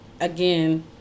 again